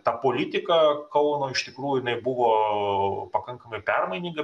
ta politika kauno iš tikrųjų buvo pakankamai permaininga